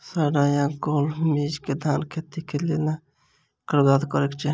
साढ़ा या गौल मीज धान केँ खेती कऽ केना बरबाद करैत अछि?